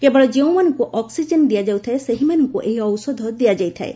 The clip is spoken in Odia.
କେବଳ ଯେଉଁମାନଙ୍କୁ ଅକ୍ୱିଜେନ୍ ଦିଆଯାଉଥାଏ ସେହିମାନଙ୍କୁ ଏହି ଔଷଧ ଦିଆଯାଇଥାଏ